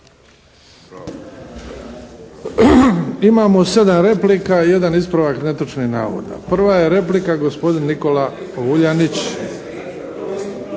Imamo sedam replika i jedan ispravak netočnog navoda. Prva je replika gospodin Nikola Vuljanić.